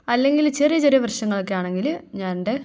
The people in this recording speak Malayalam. അല്ലെങ്കിൽ ചെറിയ ചെറിയ പ്രശ്നങ്ങളൊക്കെ ആണെങ്കിൽ ഞാനെൻ്റെ